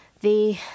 The